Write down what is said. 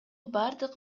бардык